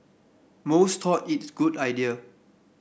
most thought it a good idea